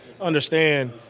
understand